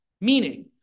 meaning